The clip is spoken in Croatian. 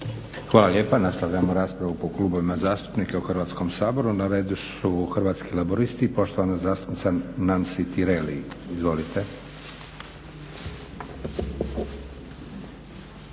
Hvala lijepa. Nastavljamo raspravu po klubovima zastupnika u Hrvatskom saboru. Na redu su Hrvatski laburisti i poštovana zastupnica Nansi Tireli. Izvolite.